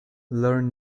learn